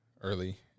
early